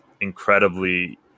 incredibly